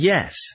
Yes